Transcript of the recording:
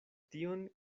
tion